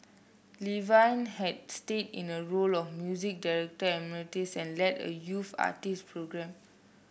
Levine had stayed in a role of music director emeritus and led a youth artist program